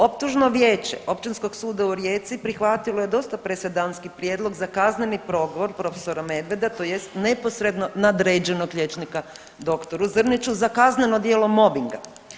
Optužno vijeće Općinskog suda u Rijeci prihvatilo je dosta presedanski prijedlog za kazneni progon profesora Medveda, tj. neposredno nadređenog liječnika doktoru Zrniću za kazneno djelo mobinga.